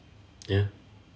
ya